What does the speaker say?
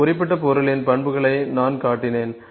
இந்த குறிப்பிட்ட பொருளின் பண்புகளை நான் காட்டினேன்